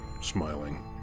smiling